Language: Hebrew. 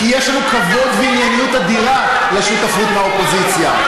כי יש לנו כבוד וענייניות אדירה לשותפות באופוזיציה.